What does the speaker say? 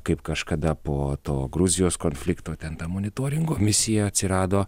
kaip kažkada po to gruzijos konflikto ten ta monitoringo misija atsirado